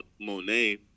monet